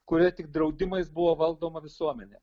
kurioje tik draudimais buvo valdoma visuomenė